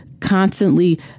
constantly